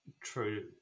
true